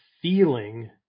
feeling